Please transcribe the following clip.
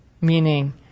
meaning